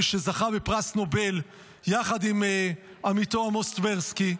מי שזכה בפרס נובל יחד עם עמיתו עמוס טברסקי,